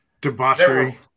debauchery